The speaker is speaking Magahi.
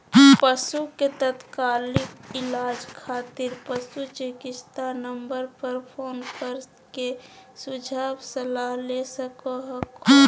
पशु के तात्कालिक इलाज खातिर पशु चिकित्सा नम्बर पर फोन कर के सुझाव सलाह ले सको हखो